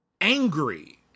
angry